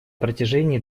протяжении